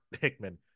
Hickman